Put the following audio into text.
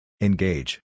Engage